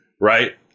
right